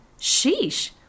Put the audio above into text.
Sheesh